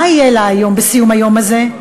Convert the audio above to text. מה יהיה לה היום בסיום היום הזה?